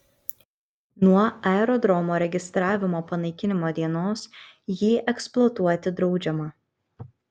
nuo aerodromo registravimo panaikinimo dienos jį eksploatuoti draudžiama